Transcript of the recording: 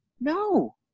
no